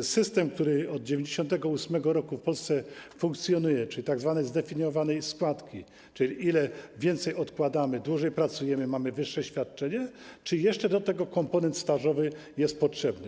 chodzi o system, który od 1998 r. w Polsce funkcjonuje, czyli tzw. zdefiniowanej składki, czyli im więcej odkładamy, dłużej pracujemy, tym mamy wyższe świadczenie, czy jeszcze do tego komponent stażowy jest potrzebny.